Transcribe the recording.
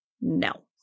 No